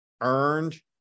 earned